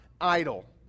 idle